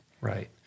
Right